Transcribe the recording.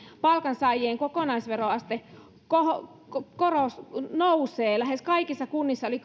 palkansaajien kokonaisveroaste nousee lähes kaikissa kunnissa yli